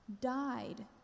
died